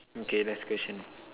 okay last question